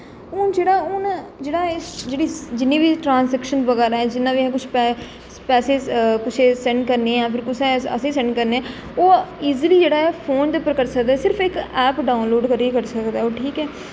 हून जेह्ड़ा हून जेह्ड़ा ऐ जेह्ड़ी जि'न्नी बी ट्रांजैक्शन बगैरा ऐ जि'न्ना बी असें कुछ पैसे कुसै ई सेंड करने ऐ फिर कुसै असें ई सेंड करने ओह् इजली जेह्ड़ा ऐ फोन दे उप्पर करी सकदे सिर्फ इक ऐप डाउनलोड करियै करी सकदे ऐ ओह् ठीक ऐ